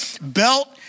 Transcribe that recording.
belt